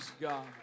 God